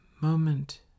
moment